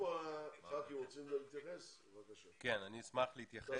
אני אשמח מאוד להתייחס.